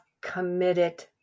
committed